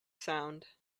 sound